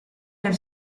del